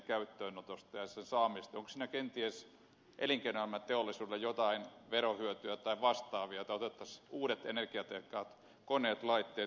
onko siinä kenties elinkeinoelämälle ja teollisuudelle jotain verohyötyä tai vastaavaa että otettaisiin uudet energiatehokkaat koneet laitteet käyttöön